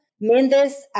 Mendes